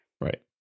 Right